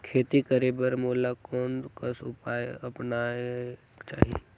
खेती करे बर मोला कोन कस उपाय अपनाये चाही?